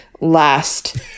last